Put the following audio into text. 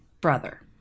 brother